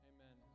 Amen